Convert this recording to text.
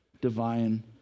divine